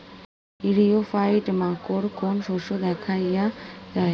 ইরিও ফাইট মাকোর কোন শস্য দেখাইয়া যায়?